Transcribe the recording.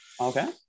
Okay